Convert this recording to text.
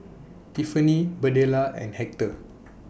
Tiffani Birdella and Hector